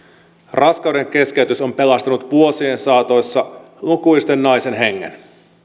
raskaudenkeskeytys on pelastanut vuosien saatossa lukuisten naisten hengen